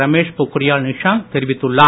ரமேஷ் போக்கிரியால் நிஷாந்த் தெரிவித்துள்ளார்